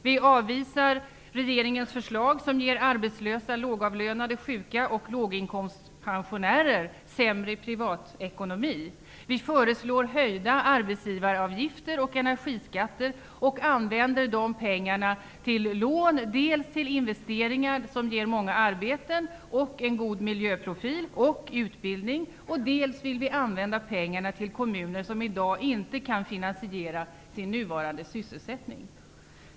Vi avvisar regeringens förslag som ger arbetslösa, lågavlönade, sjuka och låginkomstpensionärer sämre privatekonomi. Vi föreslår höjda arbetsgivaravgifter och energiskatter och vill använda de pengar som detta ger till lån dels till investeringar som ger många arbeten, en god miljöprofil och utbildning, dels till kommuner som i dag inte kan finansiera sin nuvarande sysselsättning.